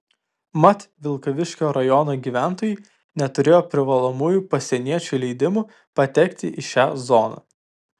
mat vilkaviškio rajono gyventojai neturėjo privalomų pasieniečių leidimų patekti į šią zoną